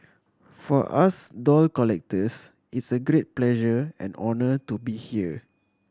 for us doll collectors it's a great pleasure and honour to be here